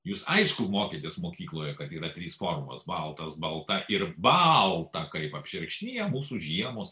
jūs aišku mokėtės mokykloje kad yra trys formos baltas balta ir balta kaip apšerkšniję mūsų žiemos